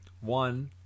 one